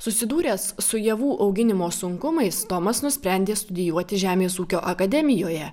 susidūręs su javų auginimo sunkumais tomas nusprendė studijuoti žemės ūkio akademijoje